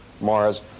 Mars